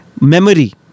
memory